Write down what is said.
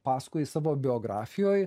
pasakoji savo biografijoj